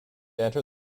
enter